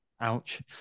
Ouch